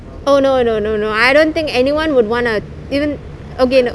oh no no no no I don't think anyone would want to even okay no